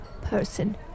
person